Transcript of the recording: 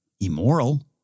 immoral